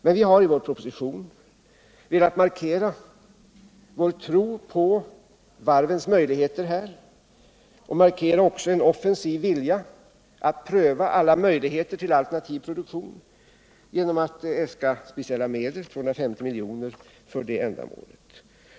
Men vi har i vår proposition velat markera vår tro på varvens möjligheter och även markera en offensiv vilja att pröva alla möjligheter till alternativ produktion genom att äska specialmedel, 250 miljoner, för det ändamålet.